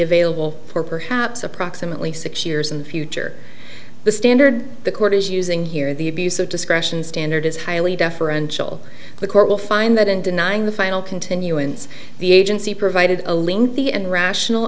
available for perhaps approximately six years in the future the standard the court is using here the abuse of discretion standard is highly deferential the court will find that in denying the final continuance the agency provided a link the and rational